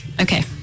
Okay